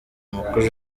umukozi